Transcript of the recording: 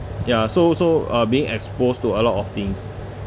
ya so so uh being exposed to a lot of things